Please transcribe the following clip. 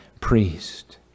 priest